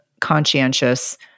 conscientious